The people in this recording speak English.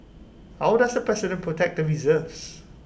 how does the president protect the reserves